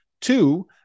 two